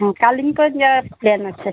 হুম কালিম্পং যাওয়ার প্ল্যান আছে